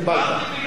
קיבלת.